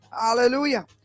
Hallelujah